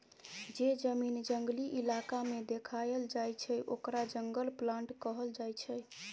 जे जमीन जंगली इलाका में देखाएल जाइ छइ ओकरा जंगल प्लॉट कहल जाइ छइ